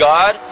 God